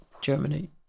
Germany